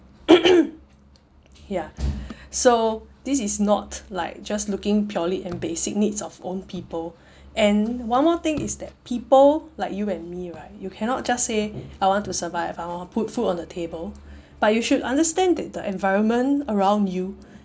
ya so this is not like just looking purely at basic needs of own people and one more thing is that people like you and me right you cannot just say I want to survive I wanna put food on the table but you should understand that the environment around you